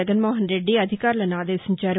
జగన్మోహన్రెడ్డి అధికారులను ఆదేశించారు